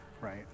right